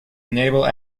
enable